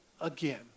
again